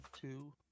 Two